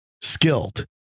skilled